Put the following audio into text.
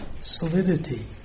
Solidity